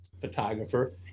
photographer